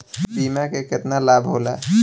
बीमा के केतना लाभ होला?